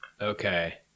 okay